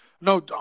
No